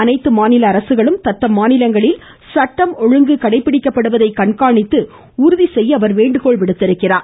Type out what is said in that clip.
அனைத்து மாநில அரசுகளும் தத்தம் மாநிலங்களில் சட்டம் ஒழுங்கு கடைபிடிக்கப்படுவதை கண்காணித்து உறுதி செய்ய என்று வேண்டுகோள் விடுத்துள்ளார்